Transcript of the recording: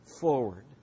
forward